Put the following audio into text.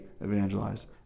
evangelize